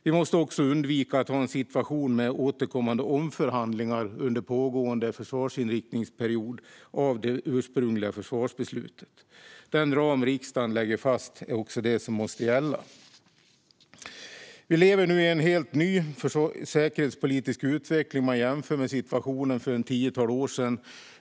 Vi måste också undvika att ha en situation med återkommande omförhandlingar under pågående försvarsinriktningsperiod av det ursprungliga försvarsbeslutet. Den ram riksdagen lägger fast är också den som måste gälla. Vi lever nu i en helt ny säkerhetspolitisk utveckling, om vi jämför med situationen för ett tiotal år sedan.